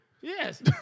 Yes